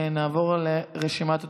נעבור לרשימת הדוברים: